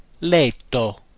Letto